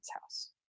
house